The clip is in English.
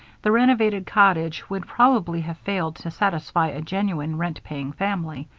the renovated cottage would probably have failed to satisfy a genuine rent-paying family,